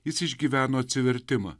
jis išgyveno atsivertimą